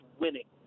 winning